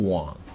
one